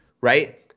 right